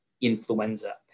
influenza